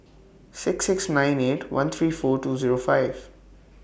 six six nine eight one three four two Zero five